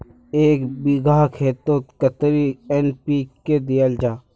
एक बिगहा खेतोत कतेरी एन.पी.के दियाल जहा?